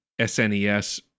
SNES